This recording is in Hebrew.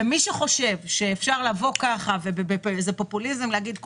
מי שחושב שאפשר לבוא ובאיזה פופוליזם להגיד שאת